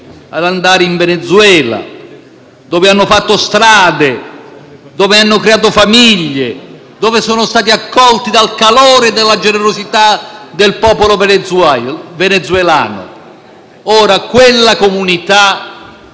ad andare in Venezuela, dove hanno fatto strade, dove hanno creato famiglie e sono stati accolti dal calore e dalla generosità del popolo venezuelano. Ora quella comunità